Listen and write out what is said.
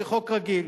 כחוק רגיל.